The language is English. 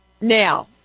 Now